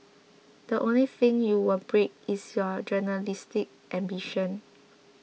the only thing you will break is your journalistic ambition